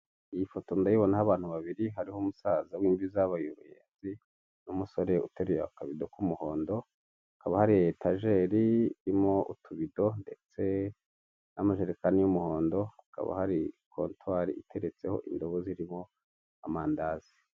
Iyi foto ndayibinaho abantu babiri, hariho umusaza w'imvi zabaye uruyenzi, n'umusore uteruye akabido k'umuhondo, hakaba hari etajeri irimo utubido ndetse n'amajerekani y'umuhondo, hakaba hari kontwari iteretseho indobo zirimo amandazi.